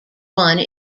one